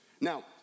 Now